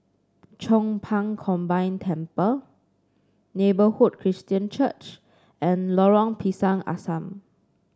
Chong Pang Combine Temple Neighbourhood Christian Church and Lorong Pisang Asam